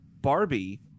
Barbie